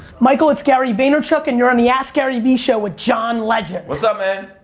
michael, it's gary vaynerchuk, and you're on the askgaryvee show with john legend. what's up, man?